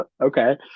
Okay